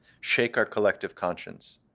shake our collective conscience,